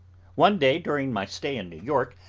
one day, during my stay in new york,